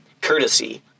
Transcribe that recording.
courtesy